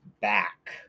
back